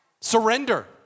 Surrender